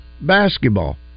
basketball